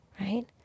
right